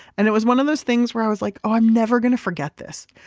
and it was one of those things where i was like, oh, i'm never going to forget this.